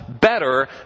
better